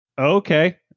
Okay